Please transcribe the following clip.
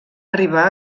arribar